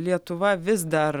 lietuva vis dar